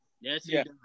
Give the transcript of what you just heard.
Yes